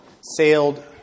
sailed